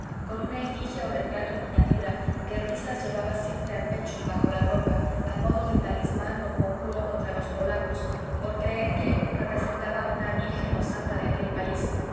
con una efigie o retrato en miniatura que risas llevaba siempre al pecho bajo la ropa a modo de talismán o conjuro contra los polacos por creer que representaba a una virgen o santa de aquel país